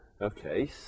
Okay